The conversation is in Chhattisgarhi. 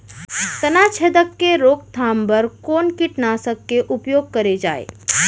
तनाछेदक के रोकथाम बर कोन कीटनाशक के उपयोग करे जाये?